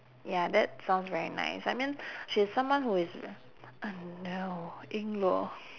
ya that sounds very nice I mean she's someone who is oh no ying luo